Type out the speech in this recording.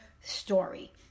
story